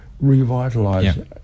revitalize